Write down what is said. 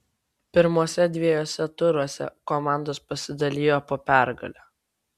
pirmuose dviejuose turuose komandos pasidalijo po pergalę